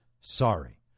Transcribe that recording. sorry